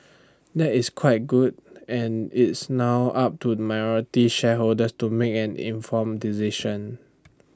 that is quite good and it's now up to minority shareholders to make an informed decision